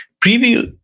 preview,